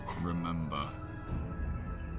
remember